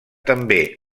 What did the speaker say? també